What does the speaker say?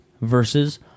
versus